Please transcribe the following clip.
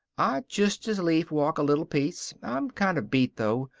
i'd just as lief walk a little piece. i'm kind of beat, though.